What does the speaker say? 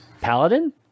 Paladin